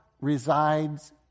resides